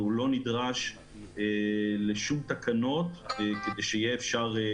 והוא לא נדרש לשום תקנות כדי שאפשר יהיה